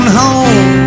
home